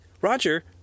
Roger